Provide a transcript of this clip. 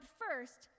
first